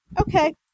Okay